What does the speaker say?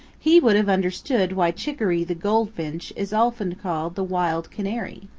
he would have understood why chicoree the goldfinch is often called the wild canary.